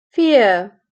vier